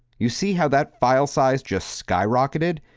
you see how that file size just skyrocketed.